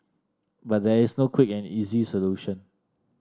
but there is no quick and easy solution